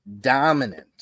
dominant